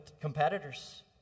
competitors